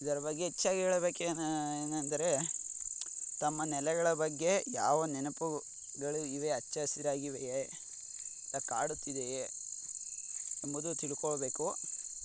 ಇದರ ಬಗ್ಗೆ ಹೆಚ್ಚಾಗ್ ಹೇಳಬೇಕೇನು ಏನೆಂದರೆ ತಮ್ಮ ನೆಲೆಗಳ ಬಗ್ಗೆ ಯಾವ ನೆನಪುಗಳು ಇವೆ ಹಚ್ಚ ಹಸಿರಾಗಿವೆಯೇ ಇಲ್ಲ ಕಾಡುತ್ತಿದೆಯೇ ಎಂಬುದು ತಿಳ್ಕೋಬೇಕು